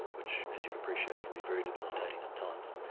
which as you'd appreciate can be very debilitating at times.